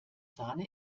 sahne